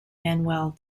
manuel